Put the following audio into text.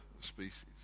species